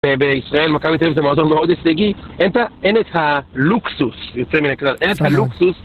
בישראל מכבי תל אביב זה מועדון מאוד הישגי, אין את ה, אין את הלוקסוס, יוצא מן הכלל אין את הלוקסוס